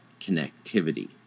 connectivity